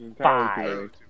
Five